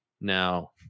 Now